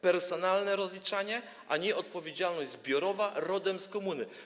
Personalne rozliczanie, a nie odpowiedzialność zbiorowa rodem z komuny.